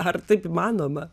ar taip įmanoma